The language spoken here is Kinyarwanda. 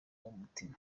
mutima